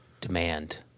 demand